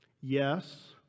Yes